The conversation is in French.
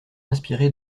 inspiré